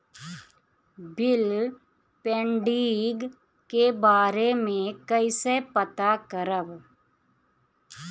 Bill pending के बारे में कईसे पता करब?